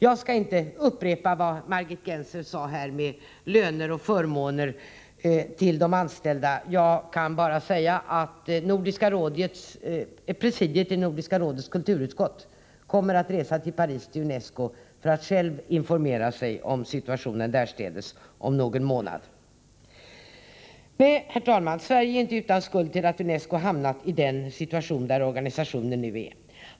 Jag skall inte upprepa vad Margit Tisdagen den Gennser sade här om löner och förmåner till de anställda. Jag kan bara säga, 15 januari 1985 att presidiet i Nordiska rådets kulturutskott kommer att resa till Paris om någon månad och besöka UNESCO för att självt informera sig om Om inriktningen av situationen därstädes. UNESCO:s Nej, herr talman, Sverige är inte utan skuld till att UNESCO har hamnat i den situation där organisationen nu befinner sig.